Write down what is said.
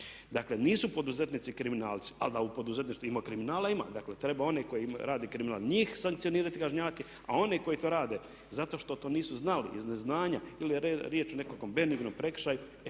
Dakle nisu poduzetnici kriminalci ali da u poduzetništvu ima kriminala, ima. Dakle treba one koji rade kriminal njih sankcionirati, kažnjavati a one koji to rade zato što to nisu znali, iz neznanja ili je riječ o nekakvom benignom prekršaju.